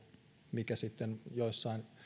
mikä joissain